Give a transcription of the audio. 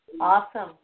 awesome